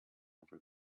every